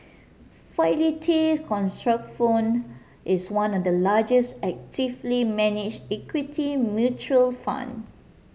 Fidelity Contrafund is one of the largest actively manage equity mutual fund